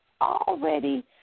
already